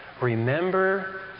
Remember